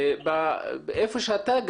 לגבי שלושת היישובים,